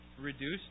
reduce